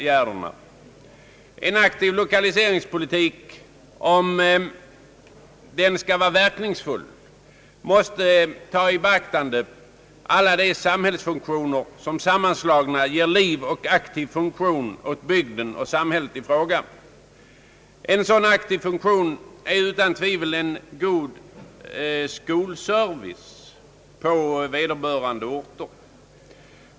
Om en aktiv lokaliseringspolitik skall vara verkningsfull, måste alla de samhällsfunktioner beaktas som sammanslagna ger liv åt bygden i fråga. En sådan aktiv funktion är utan tvivel en god skolservice.